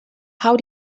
how